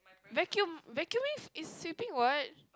vacuum vacuuming is sweeping what